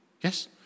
Yes